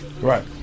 right